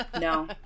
No